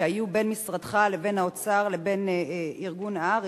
שהיו בין משרדך לבין האוצר לבין ארגון הר"י,